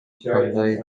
кандай